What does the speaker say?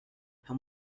how